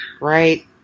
Right